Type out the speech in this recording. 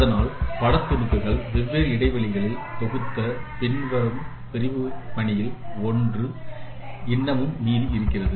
அதனால் படத் துணுக்குகள் வெவ்வேறு இடைவெளிகளில் தொகுத்த பின்னரும் பிரிவு பணியில் ஒன்று இன்னமும் மீதம் இருக்கின்றது